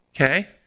Okay